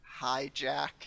hijack